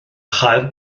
chael